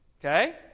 Okay